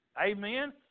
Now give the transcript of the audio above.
Amen